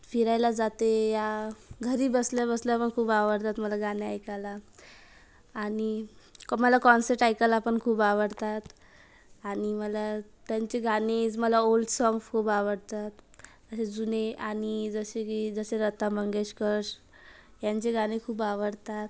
फिरायला जाते या घरी बसल्याबसल्या पण खूप आवडतात मला गाणे ऐकायला आणि मला कॉन्सर्ट ऐकायला पण खूप आवडतात आणि मला त्यांची गाणी ओल्ड साँग खूप आवडतात असे जुने आणि जसे की जसे लता मंगेशकर यांचे गाणे खूप आवडतात